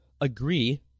agree